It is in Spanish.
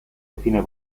define